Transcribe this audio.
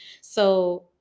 So-